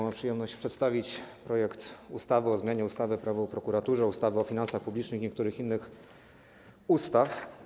Mam przyjemność przedstawić projekt ustawy o zmianie ustawy - Prawo o prokuraturze, ustawy o finansach publicznych i niektórych innych ustaw.